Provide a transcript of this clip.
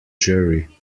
jury